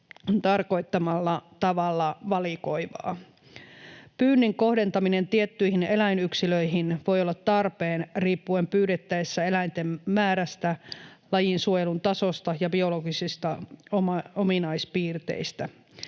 tarkoittamalla tavalla valikoivaa. Pyynnin kohdentaminen tiettyihin eläinyksilöihin voi olla tarpeen, riippuen pyydettäessä eläinten määrästä, lajin suojelun tasosta ja biologisista ominaispiirteistä.